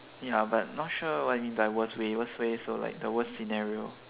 ya but not sure when divorce may worst way so like the worst scenario